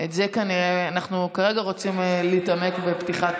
אנחנו כרגע רוצים להתעמק בפתיחת